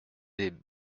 des